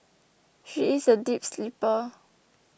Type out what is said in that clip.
she is a deep sleeper